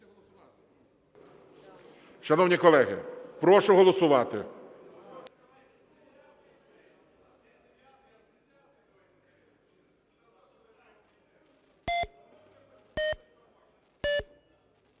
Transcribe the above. Шановні колеги, прошу голосувати.